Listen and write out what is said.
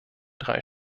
drei